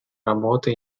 работа